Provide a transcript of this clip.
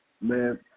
Man